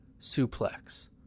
suplex